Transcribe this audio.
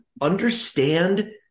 understand